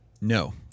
No